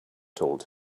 told